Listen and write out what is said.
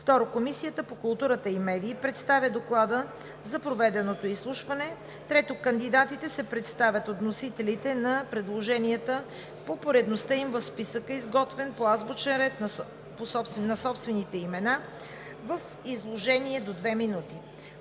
2. Комисията по културата и медиите представя доклада от проведеното изслушване. 3. Кандидатите се представят от вносителите на предложенията по поредността им в списъка, изготвен по азбучен ред на собствените имена, в изложение до две минути.